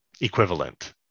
equivalent